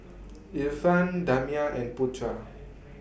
Irfan Damia and Putra